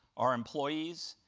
our employees,